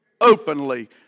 openly